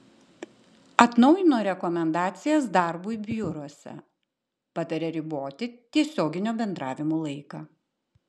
atnaujino rekomendacijas darbui biuruose pataria riboti tiesioginio bendravimo laiką